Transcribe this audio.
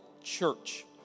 church